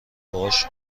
باهاش